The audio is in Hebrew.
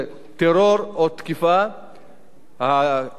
שירותי הכבאות וההצלה היו מגיעים לאזרח ונותנים את השירות,